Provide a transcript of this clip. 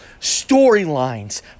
storylines